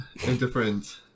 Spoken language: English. different